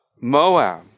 Moab